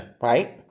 right